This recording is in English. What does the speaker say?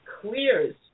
clears